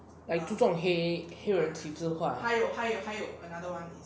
like 这种黑黑人歧视话